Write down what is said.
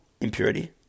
impurity